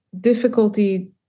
difficulty